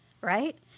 right